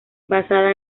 basada